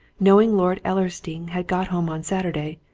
knowing lord ellersdeane had got home on saturday,